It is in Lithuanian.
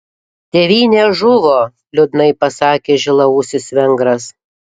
tėvynė žuvo liūdnai pasakė žilaūsis vengras